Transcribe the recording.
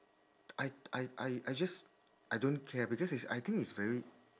I I I I just I don't care because it's I think it's very